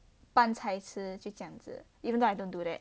拌菜吃就这样子 even though I don't do that